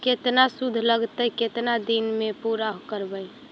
केतना शुद्ध लगतै केतना दिन में पुरा करबैय?